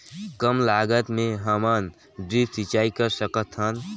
कम लागत मे हमन ड्रिप सिंचाई कर सकत हन?